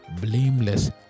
blameless